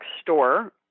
store